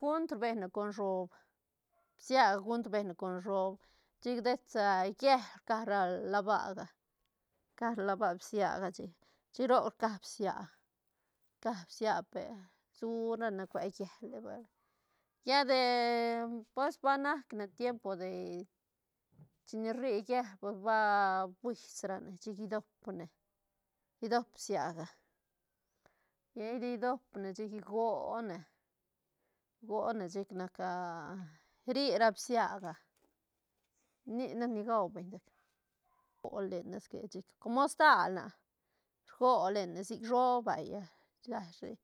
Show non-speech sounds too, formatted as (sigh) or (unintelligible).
gunt rbe con shob bsia junt rbe con shob chic dets llel rca labaja rca laba bsiaga chic- chic roc rca bsia rca bsia per su rane cue llele vay lla de pues ba nac ne tiemp de chine rri llel pues va fuis ra ne chic idobne- idob bsiaga lla de idob ne chic gone- gone chic nac (hesitation) rri ra bsiaga (noise) nic nac ni gau beñ chic (noise) gone lene si que com stal ne ah rgo lene sic shob vaya. (unintelligible)